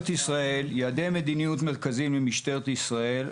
ישראל ויעדי המדיניות המרכזיים של משטרת הישראל,